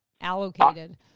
allocated